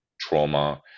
trauma